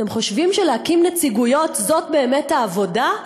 אתם חושבים שלהקים נציגויות זאת באמת העבודה?